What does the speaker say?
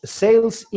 sales